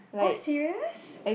oh serious